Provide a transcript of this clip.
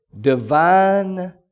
divine